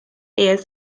years